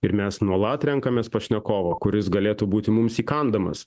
ir mes nuolat renkamės pašnekovą kuris galėtų būti mums įkandamas